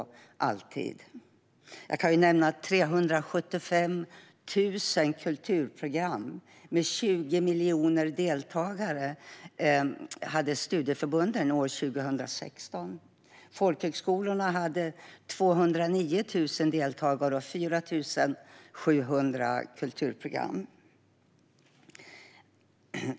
Jag kan nämna att studieförbunden hade 375 000 kulturprogram med 20 miljoner deltagare år 2016. Folkhögskolorna hade 209 000 deltagare och 4 700 kulturprogram.